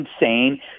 insane